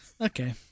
Okay